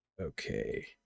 Okay